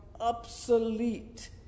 obsolete